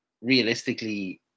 realistically